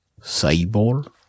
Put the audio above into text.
Cyborg